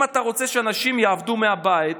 אם אתה רוצה שאנשים יעבדו מהבית,